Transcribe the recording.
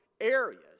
areas